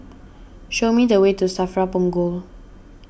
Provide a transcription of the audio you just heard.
show me the way to Safra Punggol